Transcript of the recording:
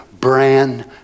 brand